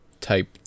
type